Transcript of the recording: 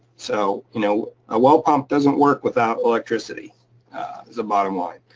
so you know a well pump doesn't work without electricity as a modern one.